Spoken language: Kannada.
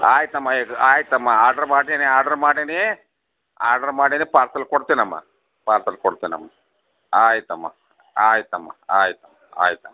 ಆಯಿತಮ್ಮ ಆಯ್ತು ಆಯಿತಮ್ಮ ಆರ್ಡರ್ ಮಾಡ್ತೀನಿ ಆರ್ಡರ್ ಮಾಡೀನಿ ಆರ್ಡರ್ ಮಾಡೀನಿ ಪಾರ್ಸಲ್ ಕೊಡ್ತೀನಮ್ಮ ಪಾರ್ಸಲ್ ಕೊಡ್ತೀನಮ್ಮ ಆಯಿತಮ್ಮ ಆಯಿತಮ್ಮ ಆಯ್ತು ಆಯ್ತು